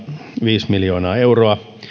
viisi miljoonaa euroa